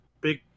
big